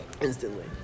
instantly